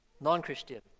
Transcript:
non-Christian